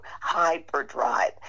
hyperdrive